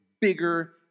bigger